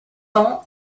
ans